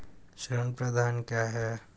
ऋण प्रबंधन क्या है?